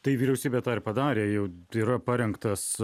tai vyriausybė tą ir padarė jau yra parengtas